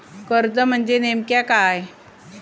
कर्ज म्हणजे नेमक्या काय?